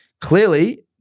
Clearly